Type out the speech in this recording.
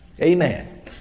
Amen